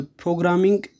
programming